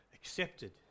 accepted